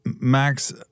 Max